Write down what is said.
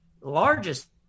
largest